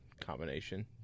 combination